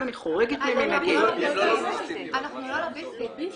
אני חורגת --- אבל אנחנו לא לוביסטים.